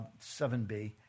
7b